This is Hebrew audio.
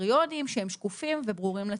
קריטריונים שהם שקופים וברורים לציבור.